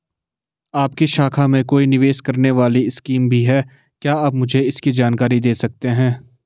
आपकी शाखा में कोई निवेश करने वाली स्कीम भी है क्या आप मुझे इसकी जानकारी दें सकते हैं?